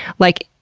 like,